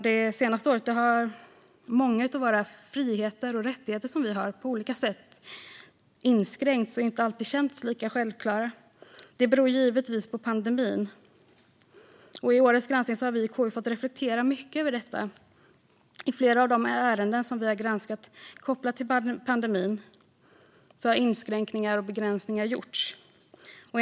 Det senaste året har många av våra friheter och rättigheter på olika sätt inskränkts och inte alltid känts lika självklara. Det beror givetvis på pandemin. I årets granskning har vi i KU fått reflektera mycket över detta. Flera av de ärenden som vi har granskat kopplat till pandemin berör inskränkningar och begränsningar som har gjorts.